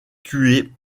tuée